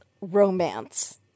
romance